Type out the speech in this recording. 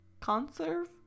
Conserve